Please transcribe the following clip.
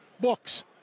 books